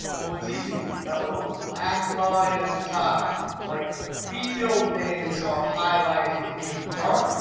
well it's easy. that little black line at the top like the field names are highlighted in dark,